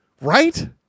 Right